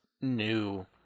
new